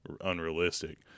unrealistic